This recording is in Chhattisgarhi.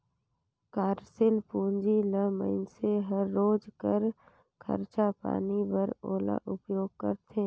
कारसील पूंजी ल मइनसे हर रोज कर खरचा पानी बर ओला उपयोग करथे